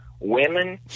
women